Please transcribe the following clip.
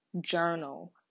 journal